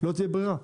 לא תהיה ברירה.